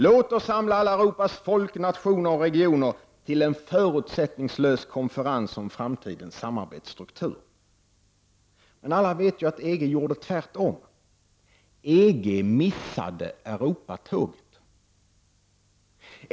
Låt oss samla alla Europas folk, nationer och regioner till en förutsättningslös konferens om framtidens samarbetsstruktur! Men alla vet ju att EG gjorde tvärtom. EG missade Europatåget.